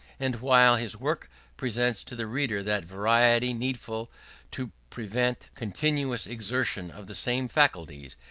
and while his work presents to the reader that variety needful to prevent continuous exertion of the same faculties,